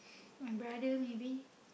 my brother maybe